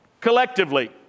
collectively